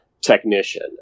technician